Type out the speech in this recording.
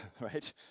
right